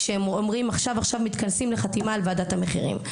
שהם אומרים שעכשיו הם מתכנסים לישיבה על ועדת המחירים,